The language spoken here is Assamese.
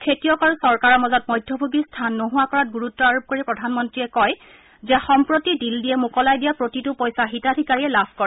খেতিয়ক আৰু চৰকাৰৰ মাজত মধ্যভোগীৰ স্থান নোহোৱা কৰাত গুৰুত্ব আৰোপ কৰি প্ৰধানমন্ত্ৰীয়ে কয় যে সম্প্ৰতি দিল্লীয়ে মোকলাই দিয়া প্ৰতিটো পইচা হিতাধিকাৰীয়ে লাভ কৰে